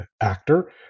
actor